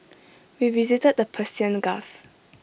we visited the Persian gulf